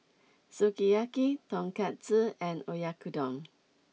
Sukiyaki Tonkatsu and Oyakodon